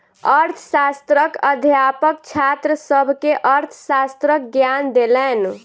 अर्थशास्त्रक अध्यापक छात्र सभ के अर्थशास्त्रक ज्ञान देलैन